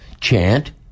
Chant